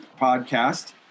podcast